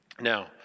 Now